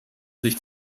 sich